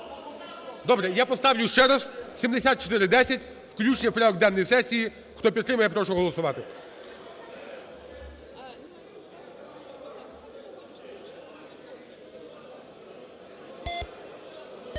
Добре, я поставлю ще раз 7410 - включення в порядок денний сесії. Хто підтримує, я прошу голосувати.